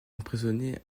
emprisonner